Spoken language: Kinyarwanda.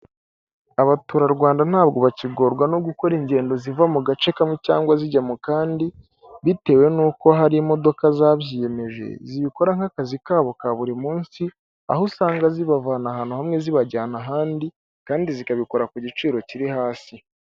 Abaturarwanda ntabwo bakigorwa no gukora ingendo ziva mu gace kamwe cyangwa zijya mu kandi, bitewe nuko hari imodoka zabyiyemeje zibikora nk'akazi kabo ka buri munsi, aho usanga zibavana ahantu hamwe zibajyana ahandi, kandi zikabikora ku giciro kiri hasi.